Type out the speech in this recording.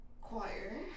choir